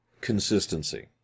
consistency